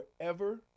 forever